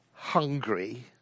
Hungry